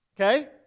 okay